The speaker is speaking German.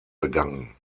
begangen